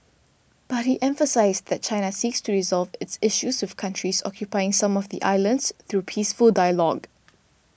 but he emphasised that China seeks to resolve its issues with countries occupying some of the islands through peaceful dialogue